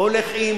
הולך עם,